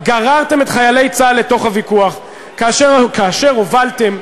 גררתם את חיילי צה"ל לתוך הוויכוח כאשר הובלתם,